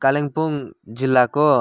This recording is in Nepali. कालिम्पोङ जिल्लाको